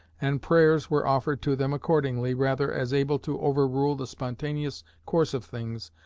and prayers were offered to them accordingly, rather as able to overrule the spontaneous course of things,